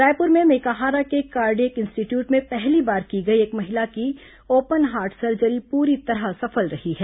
रायपुर में मेकाहारा के cardiac institute में पहली बार की गई एक महिला की ओपन हार्ट सर्जरी पूरी तरह सफल रही है